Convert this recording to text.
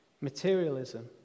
materialism